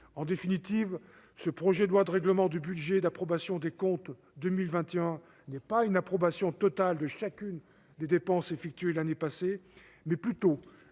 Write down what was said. En définitive, ce projet de loi de règlement du budget et d'approbation des comptes 2021 ne constitue pas une approbation totale de chacune des dépenses effectuées l'année passée, mais plutôt